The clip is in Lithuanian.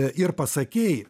ir pasakei